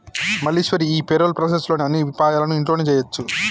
మల్లీశ్వరి ఈ payroll process లోని అన్ని విపాయాలను ఇంట్లోనే చేయొచ్చు